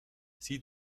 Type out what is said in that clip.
sie